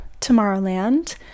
Tomorrowland